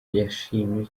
yashimye